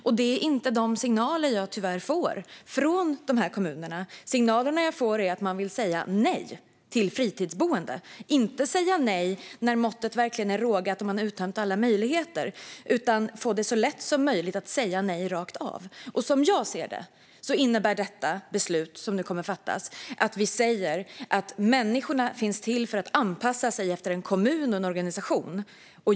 Det är tyvärr inte de signaler jag får från de här kommunerna. Signalerna jag får är att man vill säga nej till fritidsboende - inte säga nej när måttet verkligen är rågat och man uttömt alla möjligheter, utan man vill få det så lätt som möjligt att säga nej rakt av. Som jag ser det innebär det beslut som nu kommer att fattas att vi säger att människorna finns till för att anpassa sig efter en kommun och en organisation.